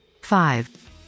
Five